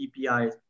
KPIs